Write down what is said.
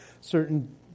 certain